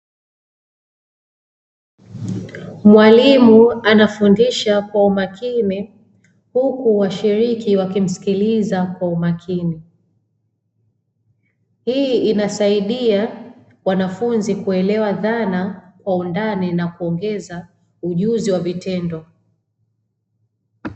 Mwalimu anafundisha kwa umakini huku washiriki wakimsikiliza kwa umakini, hii inasaidia wanafunzi kuelewa dhana kwa undani na kuongeza ujuzi wa vitendo.